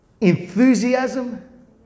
enthusiasm